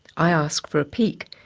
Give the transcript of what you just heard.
i ask for a peek,